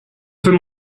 peut